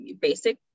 basic